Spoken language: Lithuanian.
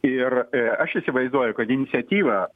ir aš įsivaizduoju kad iniciatyva